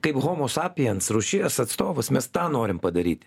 kaip homo sapiens rūšies atstovas mes tą norim padaryti